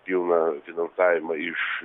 pilną finansavimą iš